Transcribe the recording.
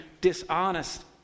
dishonest